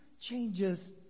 Changes